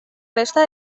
resta